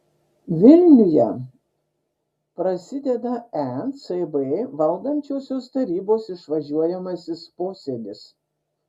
vilniuje prasideda ecb valdančiosios tarybos išvažiuojamasis posėdis